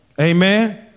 Amen